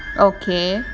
okay